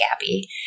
Gabby